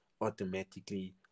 automatically